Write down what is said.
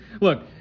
Look